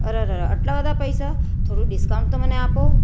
અરર આટલા બધા પૈસા થોડું ડિસ્કાઉન્ટ તો મને આપો